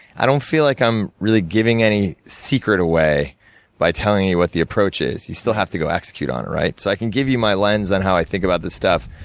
i don't feel like i'm really giving any secret away by telling you what the approach is. you still have to go execute on it, right? so, i can give you my lens on how i think about this stuff.